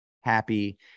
happy